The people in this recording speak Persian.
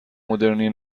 مدرنی